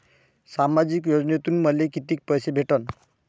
सामाजिक योजनेतून मले कितीक पैसे भेटन?